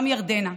גם ירדנה,